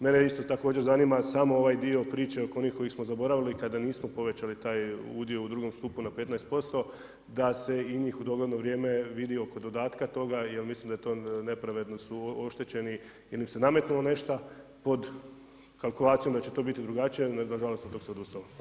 Mene isto također zanima samo ovaj dio priče oko onih koje smo zaboravili kada nismo povećali taj udio u drugom stupu na 15% da se i njih u dogledno vrijeme vidi oko dodatka toga jel mislim da je to nepravedno su oštećeni ili im se nametnulo nešta pod kalkulacijom da će to biti drugačije, ali nažalost od tog se odustalo.